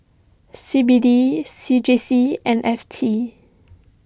C B D C J C and F T